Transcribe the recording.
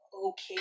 Okay